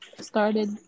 started